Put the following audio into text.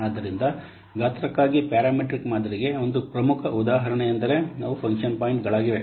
ಆದ್ದರಿಂದ ಗಾತ್ರಕ್ಕಾಗಿ ಪ್ಯಾರಮೆಟ್ರಿಕ್ ಮಾದರಿಗೆ ಒಂದು ಪ್ರಮುಖ ಉದಾಹರಣೆಯೆಂದರೆ ಅವು ಫಂಕ್ಷನ್ ಪಾಯಿಂಟ್ಗಳಾಗಿವೆ